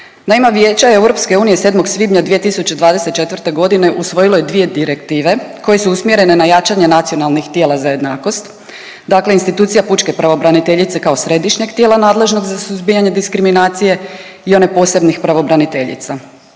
Naime, Vijeće EU 7. svibnja 2024. godine usvojilo je dvije direktive koje su usmjerene na jačanje nacionalnih tijela za jednakost, dakle institucija Pučke pravobraniteljice kao središnjeg tijela nadležnog za suzbijanje diskriminacije i one posebnih pravobraniteljica.